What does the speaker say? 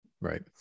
right